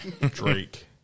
Drake